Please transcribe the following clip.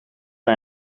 bij